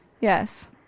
Yes